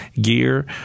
gear